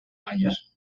años